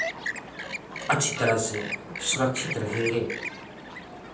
अच्छी तरह से सुरक्षित रहेंगे